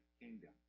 kingdom